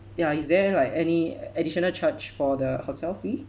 ya is there like any additional charge for the hotel fee